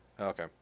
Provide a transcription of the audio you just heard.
Okay